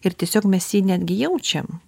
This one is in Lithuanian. ir tiesiog mes jį netgi jaučiam